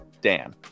Dan